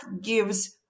gives